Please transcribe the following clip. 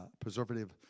preservative